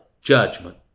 judgment